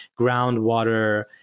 groundwater